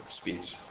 speech